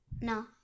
No